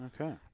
Okay